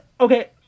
Okay